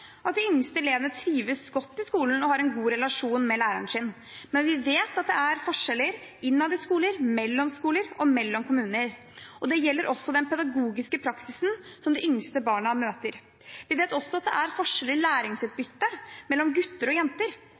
at de yngste elevene trives godt i skolen og har en god relasjon til læreren sin. Men vi vet at det er forskjeller innad i skoler, mellom skoler og mellom kommuner. Det gjelder også den pedagogiske praksisen som de yngste barna møter. Vi vet også at det er forskjell i læringsutbytte mellom gutter og jenter.